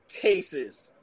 cases